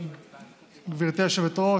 גברתי היושבת-ראש.